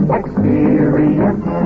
experience